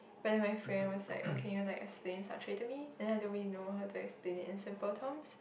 but then my friend was like okay you like explain such way to me then in a way I know how to explain it in simple terms